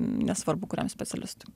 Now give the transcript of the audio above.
nesvarbu kuriam specialistui